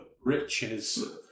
Riches